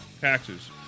taxes